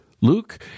Luke